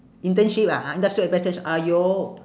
internship ah industrial attach~ !aiyo!